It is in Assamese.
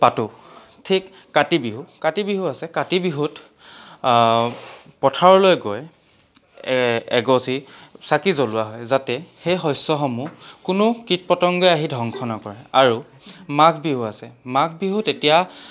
পাতোঁ ঠিক কাতি বিহু কাতি বিহু আছে কাতি বিহুত পথাৰলৈ গৈ এগছি চাকি জ্বলোৱা হয় যাতে সেই শষ্যসমূহ কোনো কীট পতংগই আহি ধ্ৱংস নকৰে আৰু মাঘ বিহু আছে মাঘ বিহুত এতিয়া